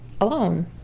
alone